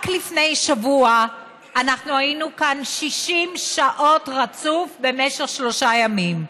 רק לפני שבוע אנחנו היינו כאן 60 שעות רצוף במשך שלושה ימים,